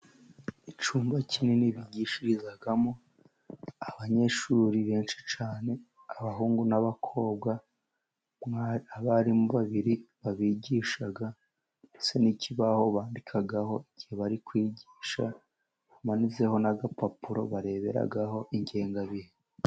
Icyumba kinini bigishirizamo, abanyeshuri benshi cyane abahungu n'abakobwa, abarimu babiri babigisha ndetse n'ikibaho bandikaho igihe bari kwigisha, hamanitseho n'agapapuro bareberaho ingengabihe.